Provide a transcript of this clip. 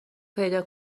پیدا